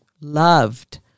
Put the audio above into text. loved